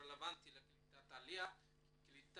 לקליטת עליה כיוון